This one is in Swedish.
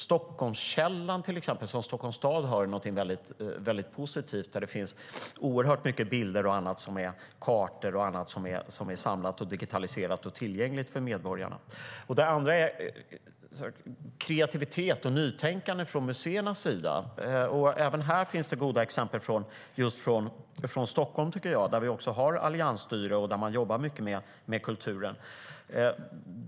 Stockholmskällan, till exempel, som Stockholms stad har, är någonting som är väldigt positivt. Där finns det oerhört mycket bilder, kartor och annat som är digitaliserat och tillgängligt för medborgarna. Det handlar också om kreativitet och nytänkande från museernas sida. Även här finns det goda exempel just från Stockholm, tycker jag, där vi har alliansstyre och där man jobbar mycket med kulturen.